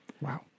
Wow